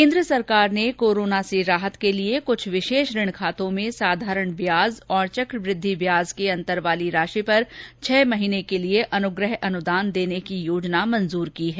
केन्द्र सरकार ने कोरोना से राहत के लिए कुछ विशेष ऋण खातें में साधारण व्याज और चक्रवृद्धि व्याज के अंतर वाली राशि पर छह महीने के लिए अनुप्रह अनुदान देने की योजना मंजूर की है